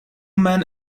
men